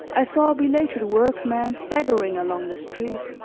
i saw a belated workman staggering along the street.